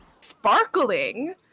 sparkling